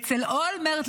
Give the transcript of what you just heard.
אצל אולמרט,